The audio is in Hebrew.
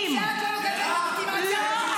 שאת לא נותנת להם לגיטימציה --- לא מגיעים,